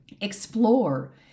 explore